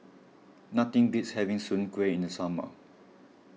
nothing beats having Soon Kueh in the summer